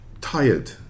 tired